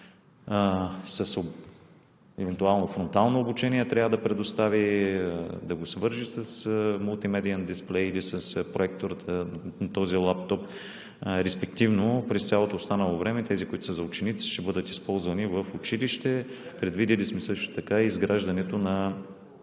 с евентуално фронтално обучение, трябва да предостави, да свърже с мултимедиен дисплей или с проектор този лаптоп. Респективно през цялото останало време онези, които са за учениците, ще бъдат използвани в училище. Предвидили сме и изграждането на